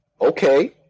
Okay